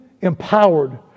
empowered